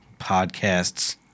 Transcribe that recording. podcasts